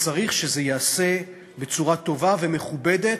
וצריך שזה ייעשה בצורה טובה ומכובדת,